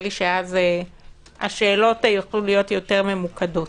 לי שאז השאלות יכלו להיות יותר ממוקדות.